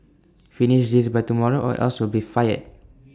finish this by tomorrow or else you'll be fired